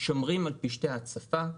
שומרים על פשטי הצפה.